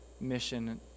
mission